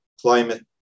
climate